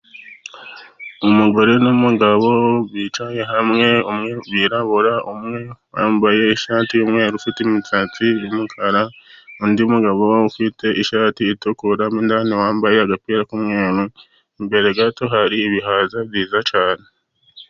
Umugore n'umugabo bicaye hamwe, umwe birabura, umwe wambaye ishati y'umweru ufite imisatsi y'umukara, undi mugabo ufite ishati itukura, mo indani wambaye agapira k'umweru, imbere gato hari ibihaza byiza cyane.